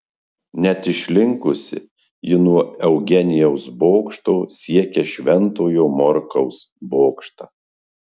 net išlinkusi ji nuo eugenijaus bokšto siekia šventojo morkaus bokštą